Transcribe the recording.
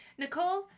Nicole